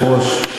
אדוני היושב-ראש,